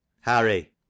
Harry